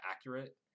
accurate